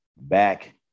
back